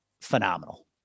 phenomenal